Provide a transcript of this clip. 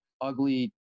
ugly